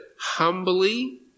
humbly